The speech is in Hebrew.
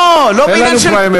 לא, לא בעניין של, אין לנו פריימריז.